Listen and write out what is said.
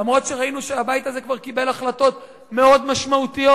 למרות שראינו שהבית הזה כבר קיבל החלטות מאוד משמעותיות.